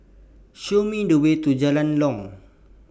Show Me The Way to Jalan Long